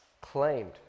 claimed